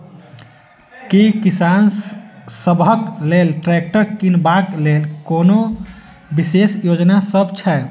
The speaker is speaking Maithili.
की किसान सबहक लेल ट्रैक्टर किनबाक लेल कोनो विशेष योजना सब छै?